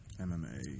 MMA